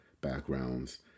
backgrounds